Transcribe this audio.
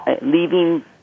leaving